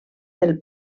del